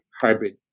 hybrid